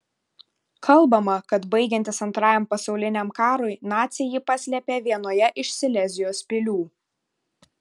kalbama kad baigiantis antrajam pasauliniam karui naciai jį paslėpė vienoje iš silezijos pilių